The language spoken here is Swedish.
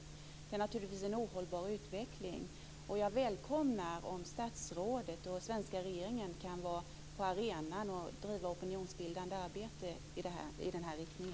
Detta är naturligtvis en ohållbar utveckling. Jag välkomnar om statsrådet och den svenska regeringen kan vara på arenan och bedriva ett opinionsbildande arbete i nämnda riktning.